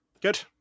Good